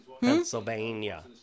Pennsylvania